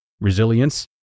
resilience